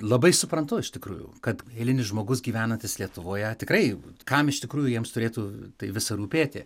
labai suprantu iš tikrųjų kad eilinis žmogus gyvenantis lietuvoje tikrai kam iš tikrųjų jiems turėtų tai visa rūpėti